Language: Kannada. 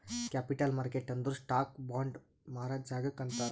ಕ್ಯಾಪಿಟಲ್ ಮಾರ್ಕೆಟ್ ಅಂದುರ್ ಸ್ಟಾಕ್, ಬಾಂಡ್ ಮಾರಾ ಜಾಗಾಕ್ ಅಂತಾರ್